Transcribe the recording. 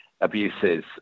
abuses